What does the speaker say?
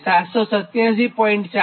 42910 6 megawatt થાય